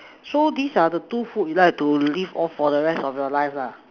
so these are the two food you like to live off for the rest of your lives are